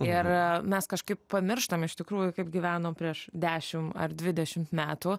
ir mes kažkaip pamirštam iš tikrųjų kaip gyvenom prieš dešimt ar dvidešimt metų